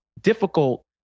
difficult